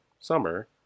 summer